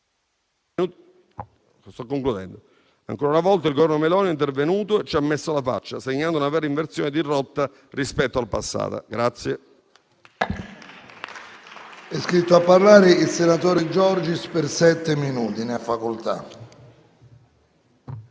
Ancora una volta, il Governo Meloni è intervenuto e ci ha messo la faccia, segnando una vera inversione di rotta rispetto al passato.